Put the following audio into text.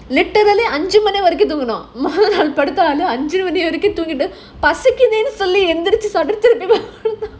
literally அஞ்சு மணி வரைக்கும் தூங்குனோம் மொத நாள் படுத்து அஞ்சு மணி வரைக்கும் தூங்கிட்டோம்:anju mani varaikum thoongunom motha naal paduthu anju mani varaikum thoongitom